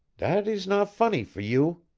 dat ees not fonny for you.